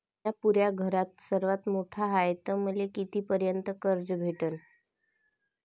म्या पुऱ्या घरात सर्वांत मोठा हाय तर मले किती पर्यंत कर्ज भेटन?